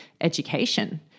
education